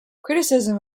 criticism